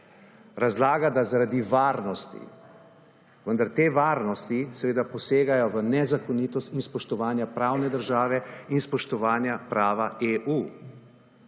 Razlaga, da zaradi varnosti, vendar te varnosti seveda posegajo v nezakonitost in spoštovanja pravne države in spoštovanje prava EU.